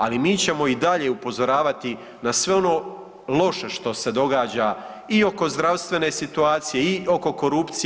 Ali mi ćemo i dalje upozoravati na sve ono loše što se događa i oko zdravstvene situacije i oko korupcija.